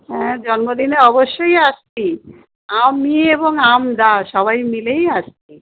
হ্যাঁ জন্মদিনে অবশ্যই আসছি আমি এবং আমরা সবাই মিলেই আসছি